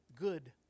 good